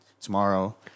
tomorrow